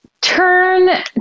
turn